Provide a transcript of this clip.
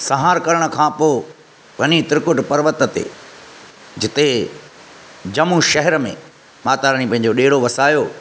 संहार करण खां पोइ वञी त्रिकुट पर्वत ते जिते जम्मू शहर में माता रानी पंहिंजो डेरो वसायो